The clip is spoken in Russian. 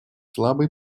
слабый